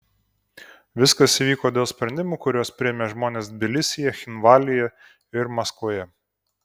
viskas įvyko dėl sprendimų kuriuos priėmė žmonės tbilisyje cchinvalyje ir maskvoje